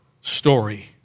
story